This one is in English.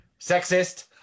sexist